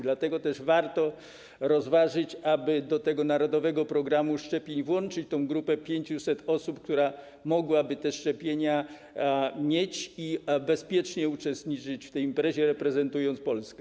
Dlatego też warto rozważyć, aby do narodowego programu szczepień włączyć tę grupę 500 osób, która mogłaby te szczepienia mieć i bezpiecznie uczestniczyć w tej imprezie, reprezentując Polskę.